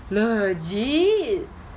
legit